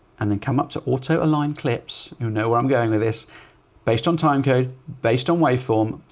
and then come up to auto align clips. you'll know where i'm going with this based on time code based on way form.